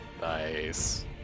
Nice